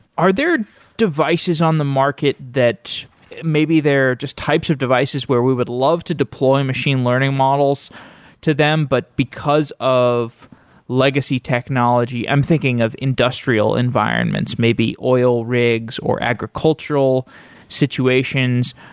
are there devices on the market that maybe they're just type of devices where we would love to deploy machine learning models to them, but because of legacy technology, i'm thinking of industrial environments, maybe oil rigs or agricultural situations,